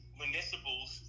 municipals